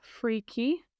freaky